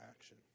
action